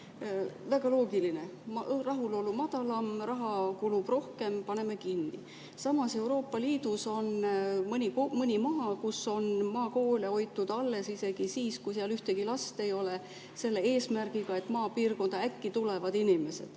Väga loogiline: rahulolu madalam, raha kulub rohkem, paneme kinni. Samas, Euroopa Liidus on mõni riik, kus on maakoole hoitud alles isegi siis, kui seal ühtegi last ei ole, selle eesmärgiga, et äkki inimesed